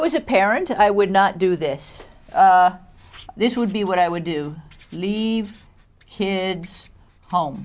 was a parent i would not do this this would be what i would do leave him home